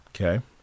Okay